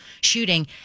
shooting